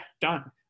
done